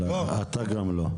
אתה גם לא.